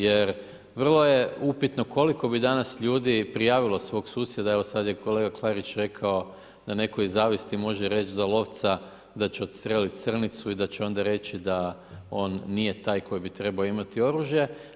Jer, vrlo je upitno, koliko bi danas ljudi prijavilo svog susjeda, kolega Klarić je rekao, da netko iz zavisti može reći za lovca, da će odstreliti srnicu i da će onda reći, da on nije taj koji bi trebao imati oružje.